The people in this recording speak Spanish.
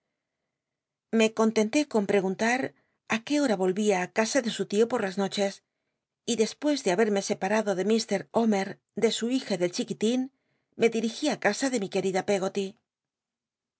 lic contenté con lll'eguntar ü qué hora volvía casa de su t io por las noches y dcspucs de habci'mc separado de mt omer de su hija y del chiquitín me dirigí á casa de mi querida peggoty